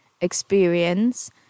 experience